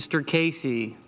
mr casey